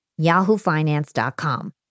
yahoofinance.com